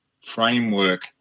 framework